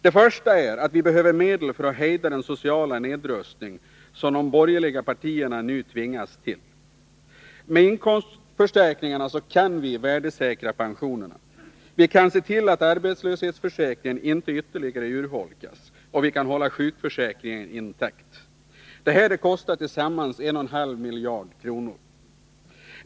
Det första skälet är att vi behöver medel för att hejda den sociala nedrustning som de borgerliga partierna nu tvingas till. Med inkomstförstärkningarna kan vi värdesäkra pensionerna. Vi kan se till att arbetslöshetsförsäkringen inte ytterligare urholkas, och vi kan hålla sjukförsäkringen intakt. Det kostar tillsammans ungefär 1,5 miljarder.